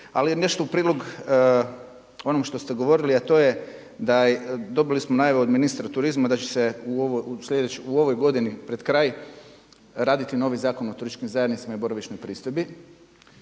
Ali je nešto u prilog onom što ste govorili a to je da, dobili smo najave od ministra turizma da će se u ovoj godini pred kraj raditi novi Zakon o turističkim zajednicama i boravišnoj pristojbi.